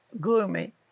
gloomy